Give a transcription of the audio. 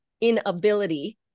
inability